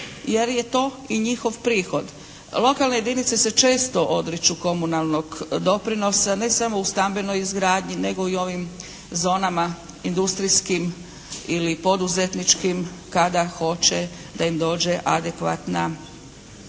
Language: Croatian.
jer je to i njihov prihod. Lokalne jedinice se često odriču komunalnog doprinosa ne samo u stambenoj izradnji nego i u ovim zonama industrijskim ili poduzetničkim kada hoće da im dođe adekvatna,